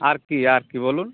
আর কী আর কী বলুন